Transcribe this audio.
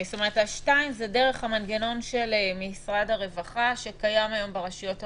כלומר 2 זה דרך המנגנון של משרד הרווחה שקיים היום ברשויות המקומיות.